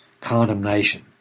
condemnation